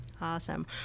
awesome